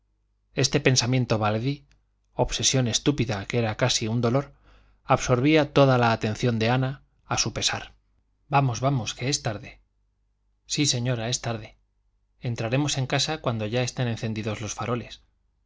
este pensamiento baladí obsesión estúpida que era casi un dolor absorbía toda la atención de ana a su pesar vamos vamos que es tarde sí señora es tarde entraremos en casa cuando ya estén encendidos los faroles